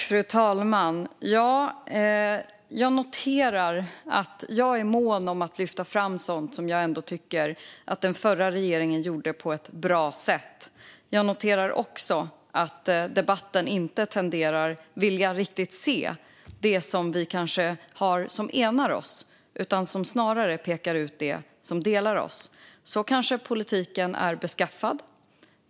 Fru talman! Jag noterar att jag är mån om att lyfta fram sådant som jag ändå tycker att den förra regeringen gjorde på ett bra sätt. Jag noterar också att ledamöterna i debatten inte tenderar att vilja riktigt se det som kanske enar oss utan snarare pekar ut det som delar oss. Så kanske politiken är beskaffad.